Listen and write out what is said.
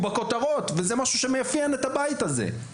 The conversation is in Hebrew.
בכותרות וזה משהו שמאפיין את הבית הזה.